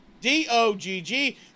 D-O-G-G